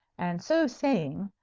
and so saying,